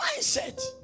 Mindset